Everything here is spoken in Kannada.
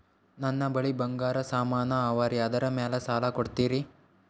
ನನ್ನ ಬಳಿ ಬಂಗಾರ ಸಾಮಾನ ಅವರಿ ಅದರ ಮ್ಯಾಲ ಸಾಲ ಕೊಡ್ತೀರಿ?